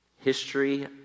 history